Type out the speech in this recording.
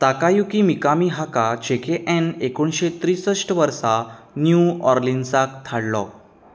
Takayuki Mikami हाका जे के एन एकोणशे त्रिशस्ट वर्सा न्यू ऑर्लीन्साक धाडलो